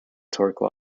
torque